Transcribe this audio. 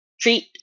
treat